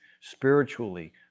spiritually